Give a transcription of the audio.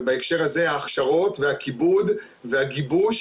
ובהקשר הזה ההכשרות והכיבוד והגיבוש.